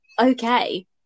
okay